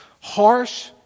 Harsh